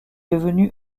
devenu